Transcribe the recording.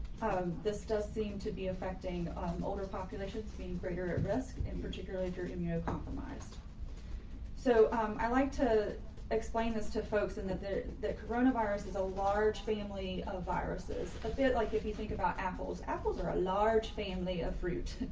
um this does seem to be affecting older populations being greater at risk and particularly if you're immunocompromised so i like to explain this to folks and in the the coronavirus is a large family of viruses a bit like if you think about apples, apples are a large family of fruit.